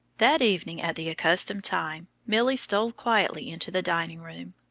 that evening, at the accustomed time, milly stole quietly into the dining-room,